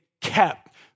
kept